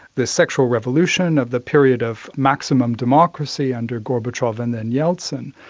the sexual revolution of the period of maximum democracy under gorbachev and then yeltsin,